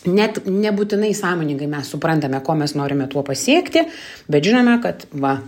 net nebūtinai sąmoningai mes suprantame ko mes norime tuo pasiekti bet žinome kad va